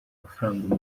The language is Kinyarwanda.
mafaranga